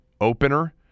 opener